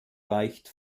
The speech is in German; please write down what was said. reicht